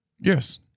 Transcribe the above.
Yes